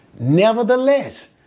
Nevertheless